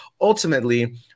ultimately